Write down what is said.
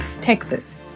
Texas